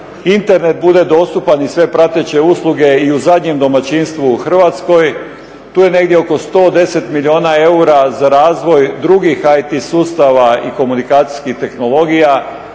internet bude dostupan i sve prateće usluge i u zadnjem domaćinstvu u Hrvatskoj. Tu je negdje oko 110 milijuna eura za razvoj drugih IT sustava i komunikacijskih tehnologija.